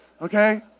Okay